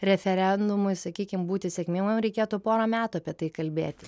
referendumui sakykim būti sėkmingam reikėtų porą metų apie tai kalbėti